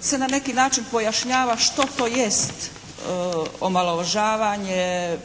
se na neki način pojašnjava što to jest omalovažavanje,